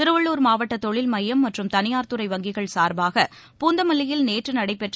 திருவள்ளூர் மாவட்ட தொழில் மையம் மற்றும் தனியார் துறை வங்கிகள் சார்பாக பூந்தமல்லியில் நேற்று நடைபெற்ற